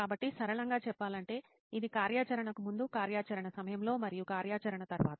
కాబట్టి సరళంగా చెప్పాలంటే ఇది కార్యాచరణకు ముందు కార్యాచరణ సమయంలో మరియు కార్యాచరణ తర్వాత